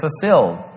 fulfilled